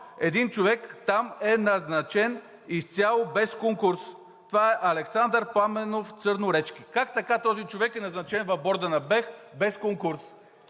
един човек там е назначен изцяло без конкурс. Това е Александър Пламенов Църноречки. Как така този човек е назначен в борда на Българския